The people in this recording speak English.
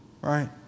Right